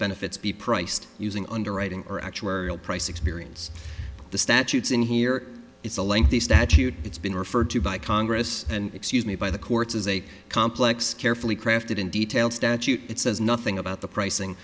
benefits be priced using underwriting or actuarial price experience the statutes in here it's a lengthy statute it's been referred to by congress and excuse me by the courts is a complex carefully crafted in detail statute that says nothing about the pricing